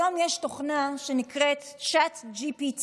היום יש תוכנה שנקראת ChatGPT.